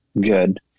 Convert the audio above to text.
good